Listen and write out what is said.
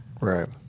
Right